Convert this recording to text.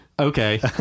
Okay